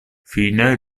fine